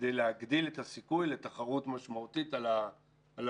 כדי להגדיל את הסיכוי לתחרות משמעותית על ההצעות.